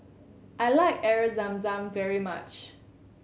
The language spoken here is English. I like Air Zam Zam very much